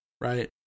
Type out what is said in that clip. Right